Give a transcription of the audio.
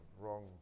wrong